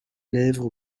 lèvres